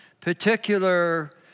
particular